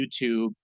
YouTube